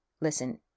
Listen